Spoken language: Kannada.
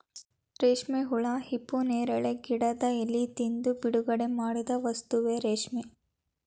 ರೇಶ್ಮೆ ಹುಳಾ ಹಿಪ್ಪುನೇರಳೆ ಗಿಡದ ಎಲಿ ತಿಂದು ಬಿಡುಗಡಿಮಾಡಿದ ವಸ್ತುವೇ ರೇಶ್ಮೆ